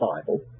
Bible